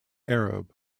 arab